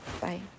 Bye